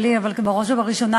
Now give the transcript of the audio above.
הזה.